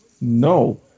No